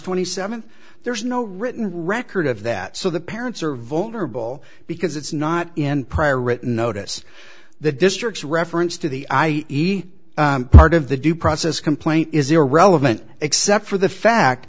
twenty seventh there's no written record of that so the parents are vulnerable because it's not in prior written notice the district's reference to the i e part of the due process complaint is irrelevant except for the fact